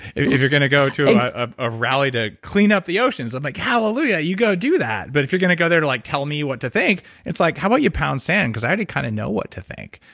if you're going to go to a ah rally to clean up the oceans, i'm like hallelujah. you go do that. but if you're going to go there to like tell me what to think, it's like, how about you pound sand? because i already kind of know what to think.